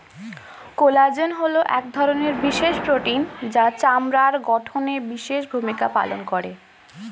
collagen হলো এক ধরনের বিশেষ প্রোটিন যা চামড়ার গঠনে বিশেষ ভূমিকা পালন করে